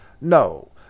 No